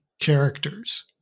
characters